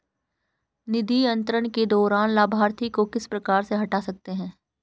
निधि अंतरण के दौरान लाभार्थी को किस प्रकार से हटा सकते हैं?